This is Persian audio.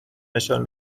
نشان